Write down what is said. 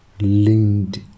linked